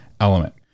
element